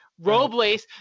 Robles